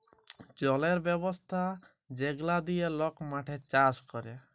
জলের ব্যবস্থা যেগলা দিঁয়ে লক মাঠে চাষ ক্যরে